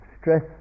stress